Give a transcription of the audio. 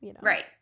Right